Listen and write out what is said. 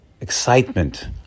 excitement